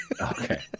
okay